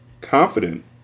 confident